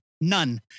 none